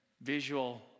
visual